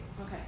Okay